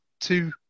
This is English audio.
two